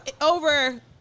over